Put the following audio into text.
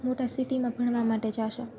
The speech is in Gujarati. મોટા સિટીમાં ભણવા માટે જાશે